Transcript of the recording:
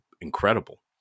incredible